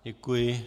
Děkuji.